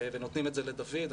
ונותנים את זה לדויד,